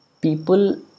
people